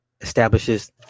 establishes